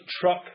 truck